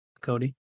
Cody